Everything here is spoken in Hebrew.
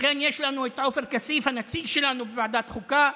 לכן יש לנו את עופר כסיף, הנציג שלנו בוועדת חוקה,